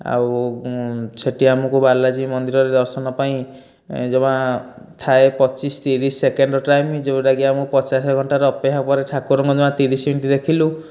ଆଉ ସେଇଠି ଆମକୁ ବାଲାଜୀ ମନ୍ଦିରରେ ଦର୍ଶନ ପାଇଁ ଜମା ଥାଏ ପଚିଶ ତିରିଶ ସେକଣ୍ଡର ଟାଇମ ଯେଉଁଟାକି ଆମକୁ ପଚାଶ ଘଣ୍ଟାର ଅପେକ୍ଷା ପରେ ଠାକୁରଙ୍କୁ ଜମା ତିରିଶ ମିନିଟ୍ ଦେଖିଲୁ